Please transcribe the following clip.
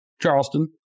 Charleston